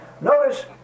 Notice